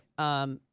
Okay